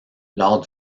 lors